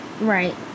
right